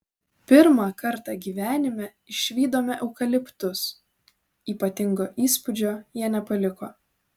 pirmą kartą gyvenime išvydome eukaliptus ypatingo įspūdžio jie nepaliko